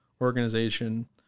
organization